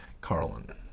Carlin